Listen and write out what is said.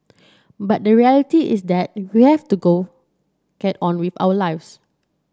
but the reality is that we have to go get on with our lives